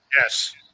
Yes